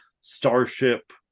starship